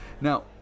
Now